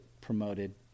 promoted